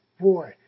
boy